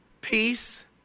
Peace